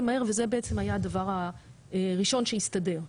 מהר וזה בעצם היה הדבר הראשון שהסתדר.